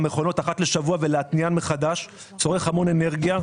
המכונות אחת לשבוע ולהתניען מחדש צורך המון אנרגיה,